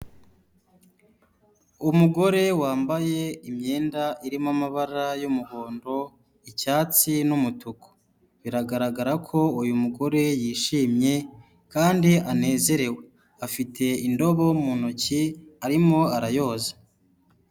Umugore wambaye imyenda irimo amabara y'umuhondo, icyatsi n'umutuku, biragaragara ko uyu mugore yishimye kandi anezerewe, afite indobo mu ntoki arimo arayoza.